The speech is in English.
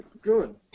Good